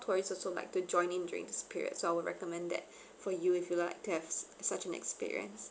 tourists also like to join in during this period so I would recommend that for you if you like to have such an experience